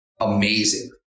amazing